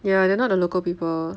ya they are not the local people